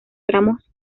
tramos